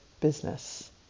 business